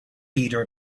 leader